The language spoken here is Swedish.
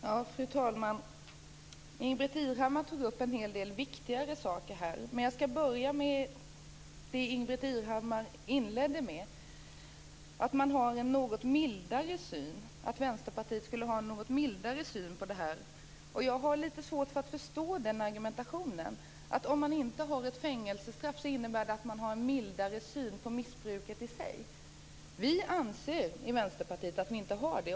Fru talman! Ingbritt Irhammar tog upp en hel del viktiga saker här. Men jag skall börja med det som hon inledde med, nämligen att Vänsterpartiet skulle ha en något mildare syn på missbruk. Jag har litet svårt att förstå de argumenten. Om man inte vill ha ett fängelsestraff skulle det alltså innebära att man har en mildare syn på missbruket i sig. Vi i Vänsterpartiet anser att vi inte har det.